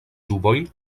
dubojn